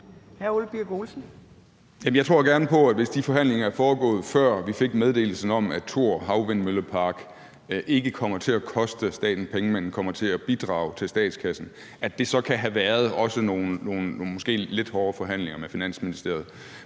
Jeg tror gerne på, at hvis de forhandlinger er foregået, før vi fik meddelelsen om, at Thor Havvindmøllepark ikke kommer til at koste staten penge, men kommer til at bidrage til statskassen, så kan det have været nogle måske også lidt hårde forhandlinger med Finansministeriet.